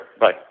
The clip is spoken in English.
Bye